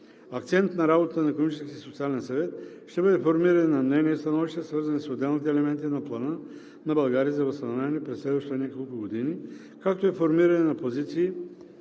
социален съвет ще бъде формиране на мнения и становища, свързани с отделните елементи на плана на България за възстановяване през следващите няколко години, както и формиране на позиции